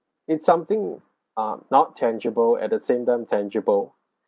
it's something uh not tangible at the same time tangible